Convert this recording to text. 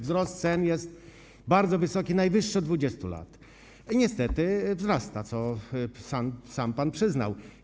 Wzrost cen jest bardzo wysoki, najwyższy od 20 lat, i niestety wzrasta, co sam pan przyznał.